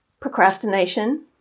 procrastination